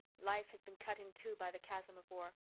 life has been cut in two by the chasm of war.